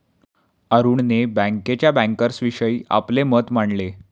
अरुणने बँकेच्या बँकर्सविषयीचे आपले मत मांडले